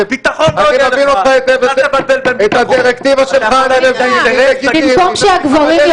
אל תספר לי עכשיו על כן מושג ולא מושג,